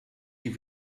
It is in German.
die